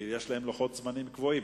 כי יש להם לוחות זמנים קבועים.